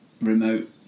remote